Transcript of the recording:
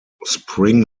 spring